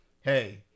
hey